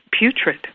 putrid